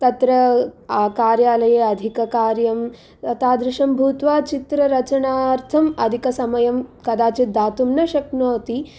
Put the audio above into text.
तत्र कार्यालये अधिककार्यं तादृशं भूत्वा चित्ररचनार्थम् अधिकसमयं कदाचित् दातुं न शक्नोति